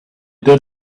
did